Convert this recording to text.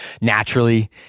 naturally